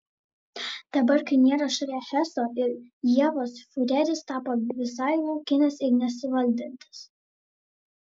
dabar kai nėra šalia heso ir ievos fiureris tapo visai laukinis ir nesivaldantis